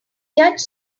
judge